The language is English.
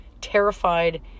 terrified